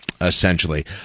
Essentially